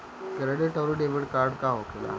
Credit आउरी debit card का होखेला?